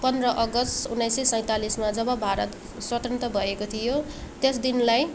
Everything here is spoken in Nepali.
पन्ध्र अगस्त उन्नाइस सय सैँतालिसमा जब भारत स्वतन्त्र भएको थियो त्यस दिनलाई